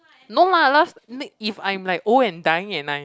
no lah last ne~ if I'm like old and dying and I